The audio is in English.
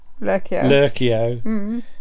Lurkio